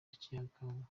ikiharangwa